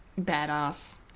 badass